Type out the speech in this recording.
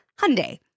Hyundai